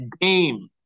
game